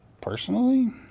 personally